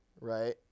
right